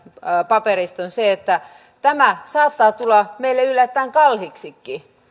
paperista on se että tämä saattaa tulla meille yllättäen kalliiksikin